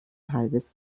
halbes